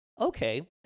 okay